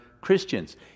Christians